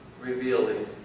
revealing